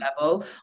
level